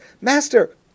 master